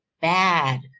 bad